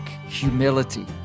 humility